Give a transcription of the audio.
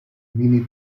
mini